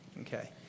Okay